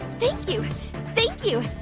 thank you thank you,